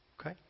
Okay